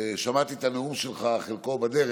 ושמעתי חלק מהנאום שלך בדרך: